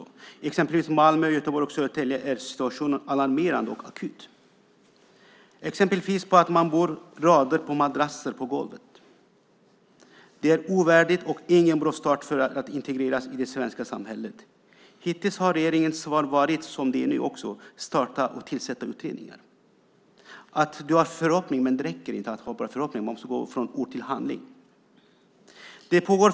I till exempel Malmö, Göteborg och Södertälje är situationen alarmerande och akut. Ett exempel är att man bor med rader av madrasser på golvet. Det är ovärdigt och ingen bra start för att integreras i det svenska samhället. Hittills har regeringens svar varit, och är nu också, att man ska tillsätta utredningar. Du har förhoppningar, men det räcker inte att ha förhoppningar. Man måste gå från ord till handling.